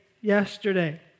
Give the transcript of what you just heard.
yesterday